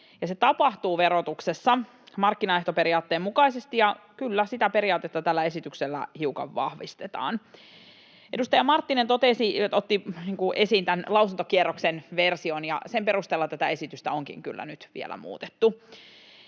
Se tapahtuu verotuksessa markkinaehtoperiaatteen mukaisesti, ja kyllä, sitä periaatetta tällä esityksellä hiukan vahvistetaan. Edustaja Marttinen otti esiin tämän lausuntokierroksen version, ja sen perusteella tätä esitystä onkin kyllä nyt vielä muutettu.